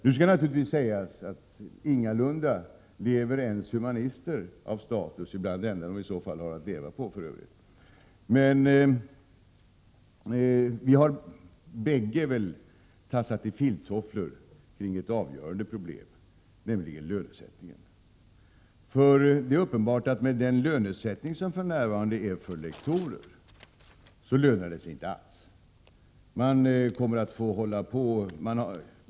Det skall naturligtvis också sägas att ingalunda ens humanister lever av status, ibland det enda de i så fall har att leva på för övrigt. Vi har väl både utbildningsministern och jag tassat i filttofflor kring ett avgörande problem, nämligen lönesättningen. Det är uppenbart att det med den lönesättning som för närvarande råder för lektorer inte alls lönar sig att satsa på doktorsexamen.